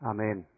Amen